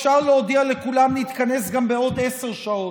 אפשר להודיע לכולם להתכנס גם בעוד עשר שעות,